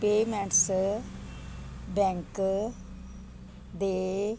payments bank ਦੇ